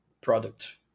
product